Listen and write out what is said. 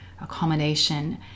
accommodation